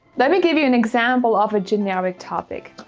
let me give you an example of a generic topic.